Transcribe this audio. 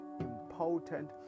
important